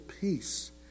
peace